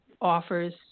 offers